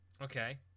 Okay